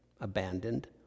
abandoned